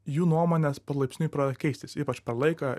jų nuomonės palaipsniui pradeda keistis ypač per laiką